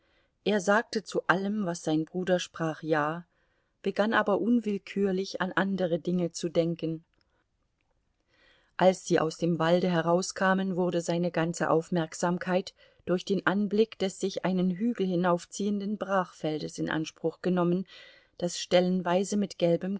er sagte zu allem was sein bruder sprach ja begann aber unwillkürlich an andere dinge zu denken als sie aus dem walde herauskamen wurde seine ganze aufmerksamkeit durch den anblick des sich einen hügel hinaufziehenden brachfeldes in anspruch genommen das stellenweise mit gelbem